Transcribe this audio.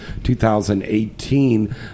2018